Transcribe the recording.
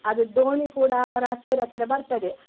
ಅದು ದೋಣಿ ಕೂಡ ಅವರ ಹತ್ತಿರ ಹತ್ತಿರ ಬರ್ತದೆ